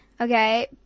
okay